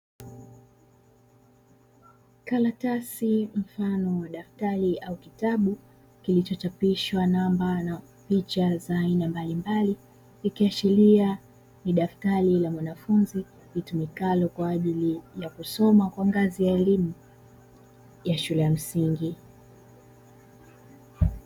Karatasi mfano wa daftari au kitabu kilichochapishwa namba na picha za aina mbalimbali, ikiashiria ni daftari la mwanafunzi itumikalo kwaajili ya kusoma kwa ngazi ya elimu ya shule ya msingi.